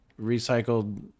recycled